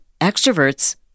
extroverts